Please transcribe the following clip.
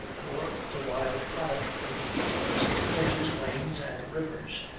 or the wild product of the fields, hedges, lanes, and rivers,